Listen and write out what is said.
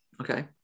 Okay